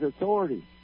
authority